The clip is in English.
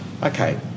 Okay